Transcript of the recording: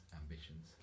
ambitions